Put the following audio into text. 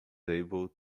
able